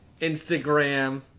instagram